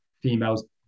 females